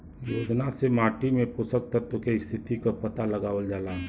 योजना से माटी में पोषक तत्व के स्थिति क पता लगावल जाला